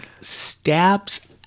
stabs